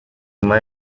zuma